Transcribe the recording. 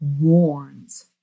warns